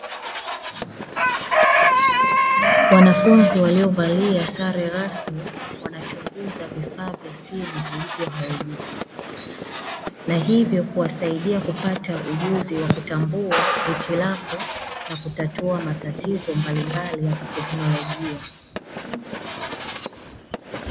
Wanafunzi waliovalia sare rasmi wanachunguza vifaa vya simu vilivyoharibika, na hivyo kuwasaidia kupata ujuzi wa kutambua hitilafu na kutatua matatizo mbalimbali ya kiteknolojia.